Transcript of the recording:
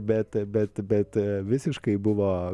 bet bet bet visiškai buvo